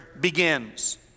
begins